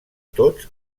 tots